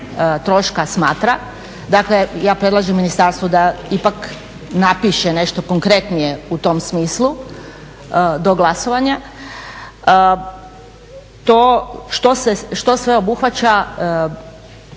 troška smatra. Dakle, ja predlažem ministarstvu da ipak napiše nešto konkretnije u tom smislu do glasovanja. To što sve obuhvaća